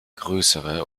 grössere